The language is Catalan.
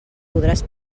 podràs